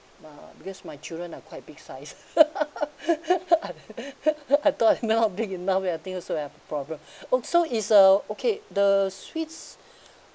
uh because my children are quite big size I thought not big enough and I think also we have a problem oh so is uh okay the suites